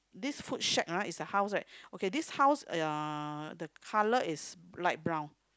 this food shack ah is a house right okay this house uh the color is light brown